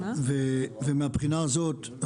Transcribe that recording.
ומהבחינה הזאת,